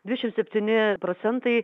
dvidešim septyni procentai